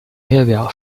列表